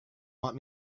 want